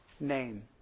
Name